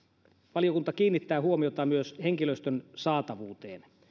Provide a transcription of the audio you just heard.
valiokunta kiinnittää huomiota myös henkilöstön saatavuuteen